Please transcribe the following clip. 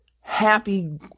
happy